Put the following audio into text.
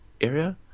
area